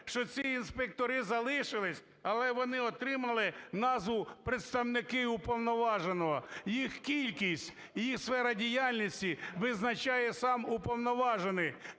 що ці інспектори залишились, але вони отримали назву "представники уповноваженого". Їх кількість і їх сферу діяльності визначає сам уповноважений.